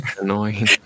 annoying